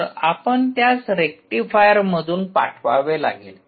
तर आपण त्यास रेक्टिफायर मधून पाठवावे लागेल